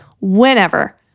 whenever